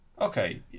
Okay